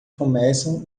começam